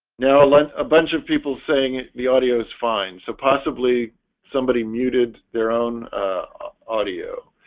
now let a bunch of people saying the audio is fine, so possibly somebody muted their own audio,